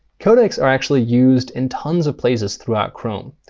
codecs are actually used in tons of places throughout chrome,